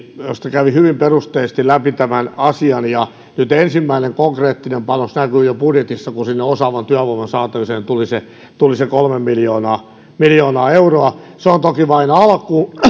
kävi perusteellisesti läpi tämän asian ja nyt ensimmäinen konkreettinen panos näkyy jo budjetissa kun sinne osaavan työvoiman saatavuuteen tuli se tuli se kolme miljoonaa miljoonaa euroa se on toki vain alku